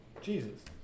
Jesus